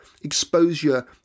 exposure